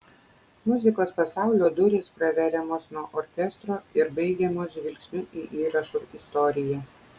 muzikos pasaulio durys praveriamos nuo orkestro ir baigiamos žvilgsniu į įrašų istoriją